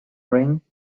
ring